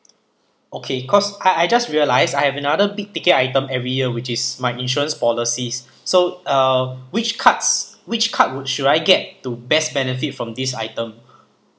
okay cause I I just realise I have another big ticket item every year which is my insurance policies so uh which cards which card would should I get to best benefit from this item